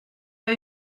pas